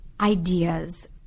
ideas